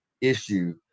issue